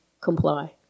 comply